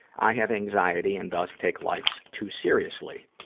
i have anxiety and thus take life so too seriously.